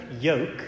yoke